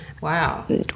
Wow